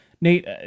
Nate